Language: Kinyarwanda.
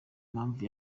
mpamvu